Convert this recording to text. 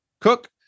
Cook